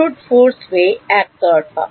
brute force way একতরফা